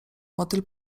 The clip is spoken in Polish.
motyl